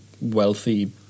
wealthy